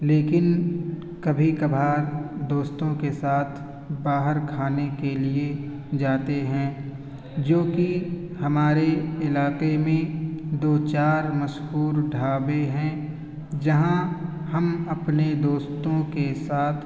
لیکن کبھی کبھار دوستوں کے ساتھ باہر کھانے کے لیے جاتے ہیں جو کہ ہمارے علاقے میں دو چار مشہور ڈھابے ہیں جہاں ہم اپنے دوستوں کے ساتھ